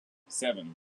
seven